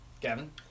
Gavin